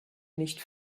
nicht